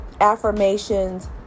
affirmations